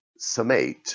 summate